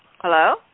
Hello